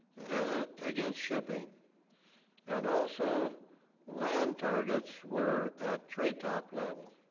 and against shipping and also land targets were at treetop level